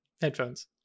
Headphones